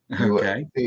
Okay